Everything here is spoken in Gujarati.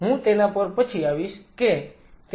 હું તેના પર પછી આવીશ કે તેનો અર્થ શું છે